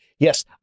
Yes